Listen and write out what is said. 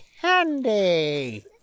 candy